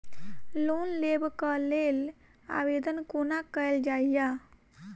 Loan लेबऽ कऽ लेल आवेदन कोना कैल जाइया?